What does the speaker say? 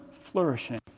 flourishing